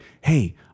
hey